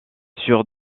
sur